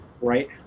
right